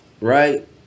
right